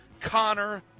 Connor